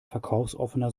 verkaufsoffener